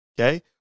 okay